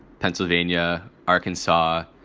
pennsylvania, arkansas,